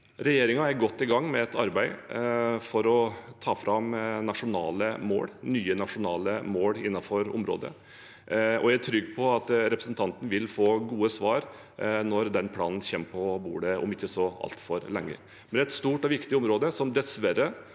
Regjeringen er godt i gang med et arbeid for å ta fram nye nasjonale mål innenfor området, og jeg er trygg på at representanten vil få gode svar når den planen kommer på bordet om ikke så altfor lenge. Det er et stort og viktig område som dessverre,